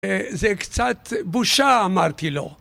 זה קצת בושה אמרתי לו.